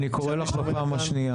אפרת רייטן, אני קורא לך בפעם השנייה.